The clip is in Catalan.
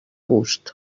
gust